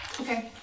Okay